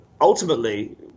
ultimately